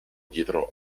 dietro